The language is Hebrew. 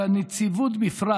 והנציבות בפרט,